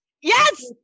yes